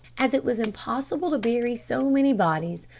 as it was impossible to bury so many bodies,